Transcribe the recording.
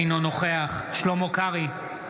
אינו נוכח שלמה קרעי,